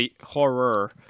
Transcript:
Horror